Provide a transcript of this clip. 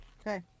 Okay